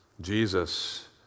Jesus